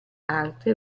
arte